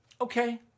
Okay